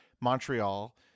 Montreal